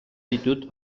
ditut